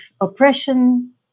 oppression